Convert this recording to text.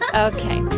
ok.